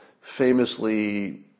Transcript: famously